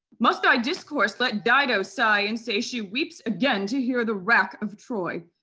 must i discourse? let dido sigh and say she weeps again to hear the wrack of troy.